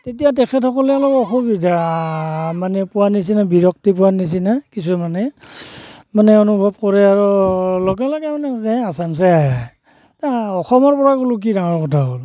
তেতিয়া তেখেতসকলে অলপ অসুবিধা মানে পোৱা নিচিনা বিৰক্তি পোৱা নিচিনা কিছুমানে মানে অনুভৱ কৰে আৰু লগে লগে মানে সোধে এই আছাম চে আয়া হে অসমৰ পৰা গ'লোঁ কি ডাঙৰ কথা হ'ল